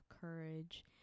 Courage